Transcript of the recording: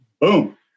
boom